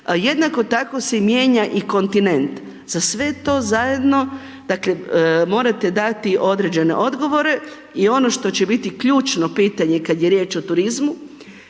Jednako tako se i mijenja i kontinent. Za sve to zajedno, dakle morate dati određene odgovore i ono što će biti ključno pitanje kad je riječ o turizmu,